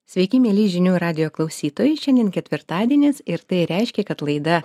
sveiki mielieji žinių radijo klausytojai šiandien ketvirtadienis ir tai reiškia kad laida